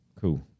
Cool